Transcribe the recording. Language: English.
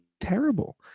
terrible